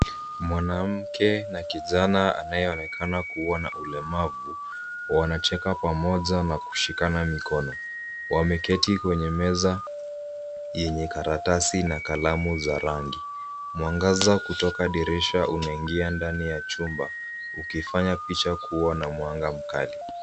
Mwanamke na kijana anayeonekana kuwa na ulemavu wanacheka pamoja na kushikana mikono. Wameketi kwenye meza yenye karatasi na kalamu za rangi. Mwangaza kutoka dirisha unaingia ndani ya chumba ukifanya picha kuwa na mwanga mkali.